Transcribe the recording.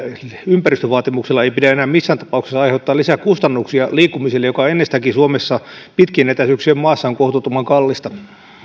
ympäristövaatimuksilla ei pidä enää missään tapauksessa aiheuttaa lisää kustannuksia liikkumiselle joka ennestäänkin suomessa pitkien etäisyyksien maassa on kohtuuttoman kallista